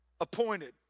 appointed